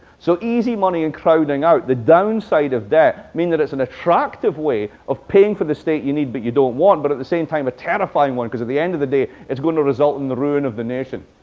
so easy money and crowding out. the downside of debt means that it's an attractive way of paying for the state you need but you don't want, but at the same time, a terrifying one. because at the end of the day, it's going to result in the ruin of the nation.